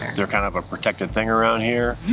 they're kind of a protected thing around here,